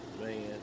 Man